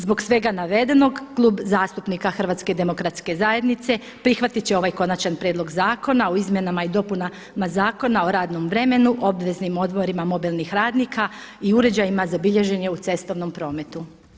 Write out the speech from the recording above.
Zbog svega navedenog Klub zastupnika HDZ-a prihvatit će ovaj Konačan prijedlog Zakona o izmjenama i dopunama Zakona o radnom vremenu, obveznim odmorima mobilnih radnika i uređajima za bilježenje u cestovnom prometu.